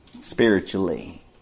spiritually